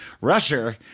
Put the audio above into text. Russia